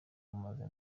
umeze